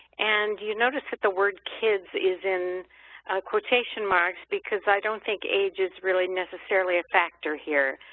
and you notice that the word kids is in quotation marks because i don't think age is really necessarily a factor here.